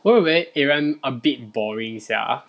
我认为 aran a bit boring sia